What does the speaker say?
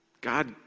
God